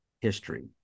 history